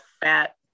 fat